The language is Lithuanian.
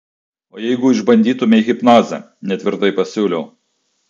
o jeigu išbandytumei hipnozę netvirtai pasiūliau